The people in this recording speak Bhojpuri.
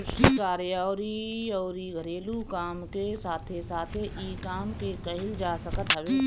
कृषि कार्य अउरी अउरी घरेलू काम के साथे साथे इ काम के कईल जा सकत हवे